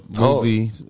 movie